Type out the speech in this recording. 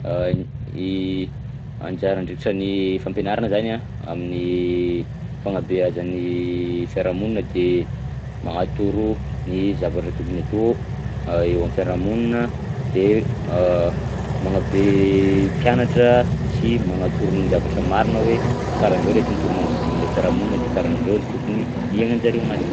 I anjara andraikitran'ny fampianarana zany a amin'ny fagnabeazany fiarahamonina de magnatoro ny zavatra tokony atao eo am'fiarahamonina de magnabe mpianatra sy magnatoro ny zavatra marina hoe karahan'zao lay tontolo magnodidina an'le fiarahamonina de karahan'zao tokony iaignan-jareo agnatiny.